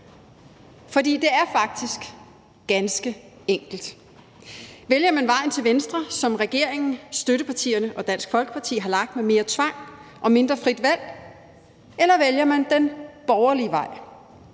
For det er faktisk ganske enkelt: Vælger man vejen til venstre, som regeringen, støttepartierne og Dansk Folkeparti har valgt, med mere tvang og mindre frit valg, eller vælger man den borgerlige vej